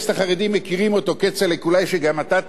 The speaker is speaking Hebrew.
כצל'ה, אולי שגם אתה תלמד להכיר אותו.